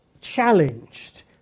challenged